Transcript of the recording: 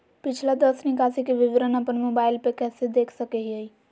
पिछला दस निकासी के विवरण अपन मोबाईल पे कैसे देख सके हियई?